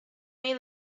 may